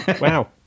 wow